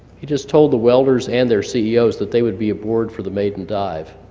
he just told the welders and their ceos that they would be aboard for the maiden dive.